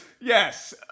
Yes